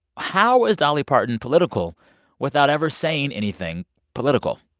how is dolly parton political without ever saying anything political?